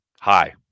hi